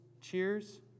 Cheers